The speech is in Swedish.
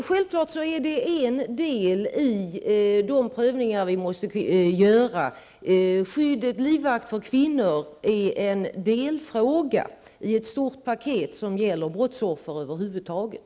Fru talman! Det är självfallet en del i de prövningar vi måste göra. Livvaktsskyddet för kvinnor är en delfråga i ett stort paket som gäller brottsoffer över huvud taget.